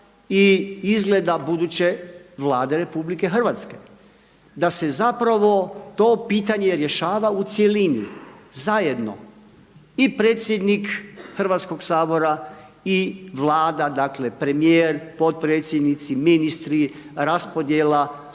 i izbora buduće Vlade RH. Da se zapravo to pitanje rješava u cjelini, zajedno. I predsjednik Hrvatskoga sabora i Vlada, dakle premijer, potpredsjednici, ministri, raspodjela